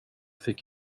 fick